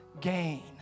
gain